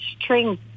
String